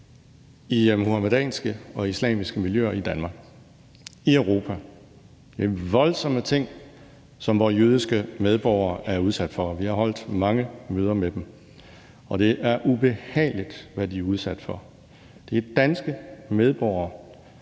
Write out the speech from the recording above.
i muhamedanske og islamiske miljøer i Danmark og i Europa. Det er voldsomme ting, som vore jødiske medborgere er udsat for. Vi har holdt mange møder med dem, og det er ubehageligt, hvad de er udsat for. Det er danske medborgere,